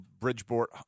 Bridgeport